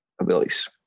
abilities